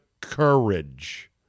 courage